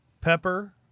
pepper